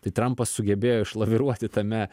tai trampas sugebėjo išlaviruoti tame